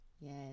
Yes